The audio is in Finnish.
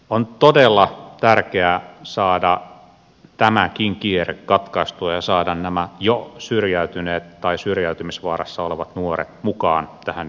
on todella tärkeää saada tämäkin kierre katkaistua ja saada nämä jo syrjäytyneet tai syrjäytymisvaarassa olevat nuoret mukaan tähän yhteiskuntaan